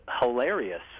hilarious